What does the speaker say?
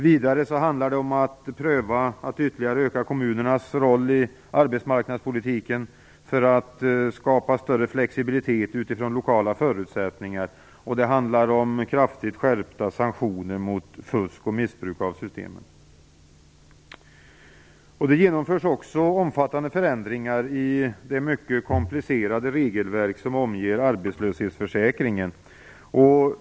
Vidare handlar det om att pröva att ytterligare öka kommunernas roll i arbetsmarknadspolitiken för att skapa större flexibilitet utifrån lokala förutsättningar, och det handlar om kraftigt skärpta sanktioner mot fusk och missbruk av systemen. Det genomförs också omfattande förändringar i det mycket komplicerade regelverk som omger arbetslöshetsförsäkringen.